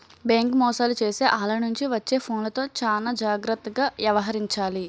bank మోసాలు చేసే ఆల్ల నుంచి వచ్చే ఫోన్లతో చానా జాగర్తగా యవహరించాలి